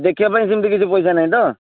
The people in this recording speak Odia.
ଦେଖିବା ପାଇଁ ସେମିତି କିଛି ପଇସା ନାହିଁ ତ